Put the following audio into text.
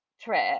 trip